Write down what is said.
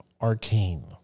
arcane